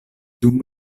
dum